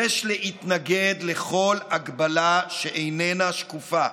יש להתנגד לכל הגבלה שאיננה שקופה.